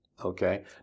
Okay